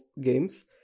games